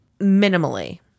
Minimally